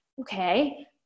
okay